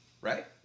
right